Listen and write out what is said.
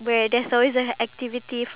the amount of positivity vibe that I get so that